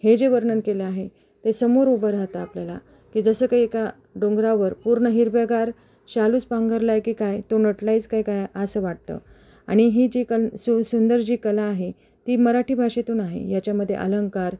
हे जे वर्णन केलं आहे ते समोर उभं राहतं आपल्याला की जसं काही एका डोंगरावर पूर्ण हिरव्यागार शालूच पांघरलाय की काय तो नटला आहेच काय काय असं वाटतं आणि ही जी कन् सु सुंदर जी कला आहे ती मराठी भाषेतून आहे ह्याच्यामध्ये अलंंकार